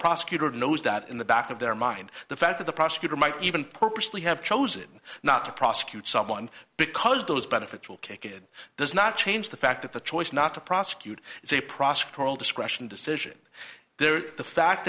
prosecutor knows that in the back of their mind the fact that the prosecutor might even purposely have chosen not to prosecute someone because those benefits will kick it does not change the fact that the choice not to prosecute is a prosecutorial discretion decision there the fact